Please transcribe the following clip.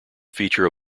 feature